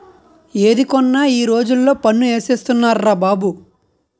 ఏది కొన్నా ఈ రోజుల్లో పన్ను ఏసేస్తున్నార్రా బాబు